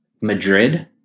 Madrid